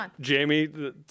Jamie